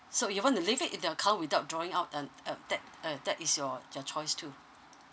so you want to leave it in the account without drawing out and uh that uh that is your your choice too